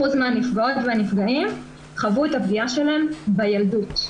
מהנפגעות והנפגעים חוו את הפגיעה שלהם בילדות,